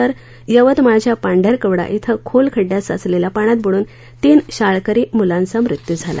तर यवतमाळच्या पांढरकवडा इथं खोल खड्ड्यात साचलेल्या पाण्यात बुड्रन तीन शाळकरी मुलांचा मृत्यू झाला